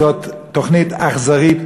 זו תוכנית אכזרית,